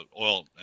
oil